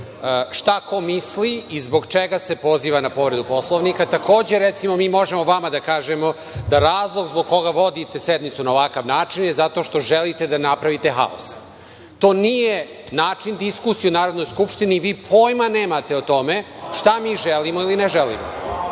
šta ko misli i zbog čega se poziva na povredu Poslovnika. Takođe, recimo, mi možemo vama da kažemo da razlog zbog koga vodite sednicu na ovakav način je zato što želite da napravite haos. To nije način diskusije u Narodnoj skupštini. Vi pojma nemate o tome šta mi želimo ili ne želimo.